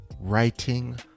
writing